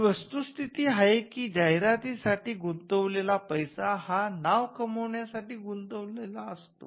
ही वस्तुस्थिती आहे की जाहिराती साठी गुंतवलेला पैसा हा नाव कमवण्या साठी गुंतवलेला असतो